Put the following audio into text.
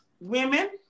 women